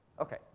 Okay